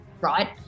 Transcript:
right